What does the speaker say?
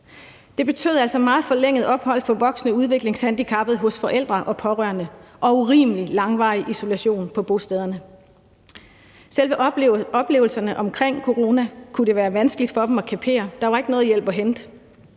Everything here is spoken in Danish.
Det betød altså meget forlængede ophold for voksne udviklingshandicappede hos forældre og pårørende og urimelig langvarig isolation på bostederne. Selve oplevelserne omkring corona kunne være vanskeligt for dem at kapere; der var ikke nogen hjælp at hente.